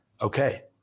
okay